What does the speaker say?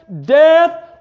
Death